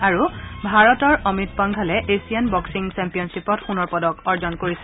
আৰু ভাৰতৰ অমিত পংঘালে এছিয়ান বক্সিং ছেম্পিয়নশ্বিপত সোণৰ পদক অৰ্জন কৰিছে